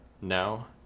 now